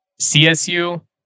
CSU